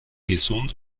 gesund